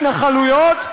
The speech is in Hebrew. מי שתומך בחרם על התנחלויות,